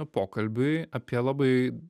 pokalbiui apie labai